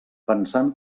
pensant